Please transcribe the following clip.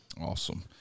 Awesome